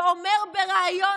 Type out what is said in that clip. ואומר בריאיון,